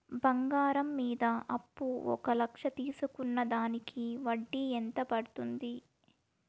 బంగారం మీద అప్పు ఒక లక్ష తీసుకున్న దానికి వడ్డీ ఎంత పడ్తుంది?